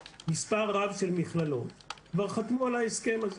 מספר רב של מכללות כבר חתמו על ההסכם הזה.